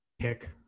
pick